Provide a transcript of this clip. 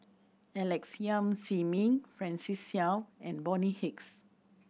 Alex Yam Ziming Francis Seow and Bonny Hicks